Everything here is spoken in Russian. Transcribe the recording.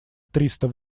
тридцать